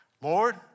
Lord